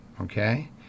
okay